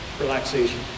Relaxation